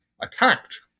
attacked